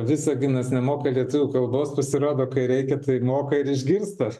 visaginas nemoka lietuvių kalbos pasirodo kai reikia tai moka ir išgirsta